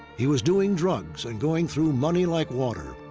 he was doing drugs and going through money like water.